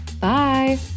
Bye